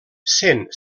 sent